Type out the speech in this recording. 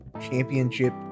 Championship